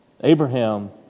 Abraham